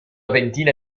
ventina